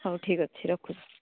ହଉ ଠିକ୍ ଅଛି ରଖୁଛି